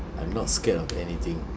I'm not scared of anything